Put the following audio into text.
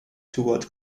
toward